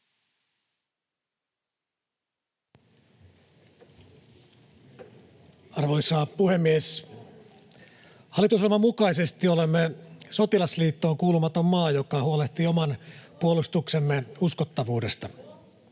Arvoisa puhemies! Hallitusohjelman mukaisesti olemme sotilasliittoon kuulumaton maa, joka huolehtii oman puolustuksemme uskottavuudesta.